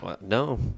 No